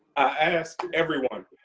i ask everyone,